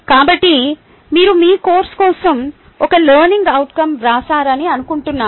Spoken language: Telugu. కాబట్టి మీరు మీ కోర్సు కోసం ఒక లెర్నింగ్ అవుట్కo వ్రాశారని అనుకుంటాను